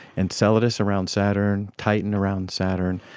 enceladus around saturn, titan around saturn,